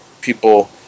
people